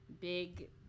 big